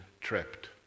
trapped